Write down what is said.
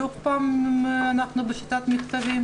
שוב אנחנו בשיטת מכתב?